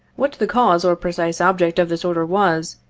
what the cause or precise object of this order was,